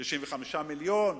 65 מיליון.